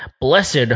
Blessed